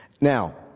Now